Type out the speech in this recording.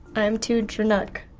i'm too drnuk.